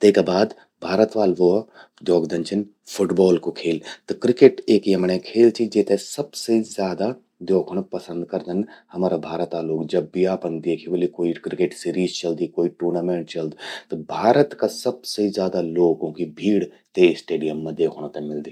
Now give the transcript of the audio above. तेका बाद भारता ल्वो स्वो द्योखदन फुटबॉल कु खेल। त क्रिकेट एक यमण्ये खेल चि जेते सबसे ज्यादा द्योखण पसंद करदन हमरा भारता लोग। जब भी आपन द्येखि व्होलु क्वे क्रिकेट सीरीज चल्दि, क्वे क्रिकेट टूर्नामेंट चल्द। भारत का सबसे ज्यादा लोगूं कि भीड़ ते स्टेडियम मां द्योखणों ते मिल्दि।